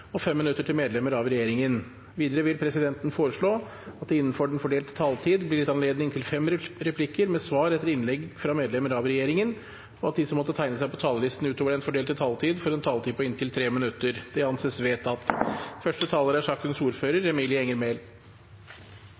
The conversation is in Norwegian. og 5 minutter til medlemmer av regjeringen. Videre vil presidenten foreslå at det – innenfor den fordelte taletid – blir gitt anledning til fem replikker med svar etter innlegg fra medlemmer av regjeringen, og at de som måtte tegne seg på talerlisten utover den fordelte taletid, får en taletid på inntil 3 minutter. – Det anses vedtatt.